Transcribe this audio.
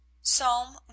Psalm